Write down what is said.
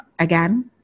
Again